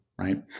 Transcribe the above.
right